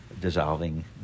dissolving